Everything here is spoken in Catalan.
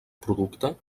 producte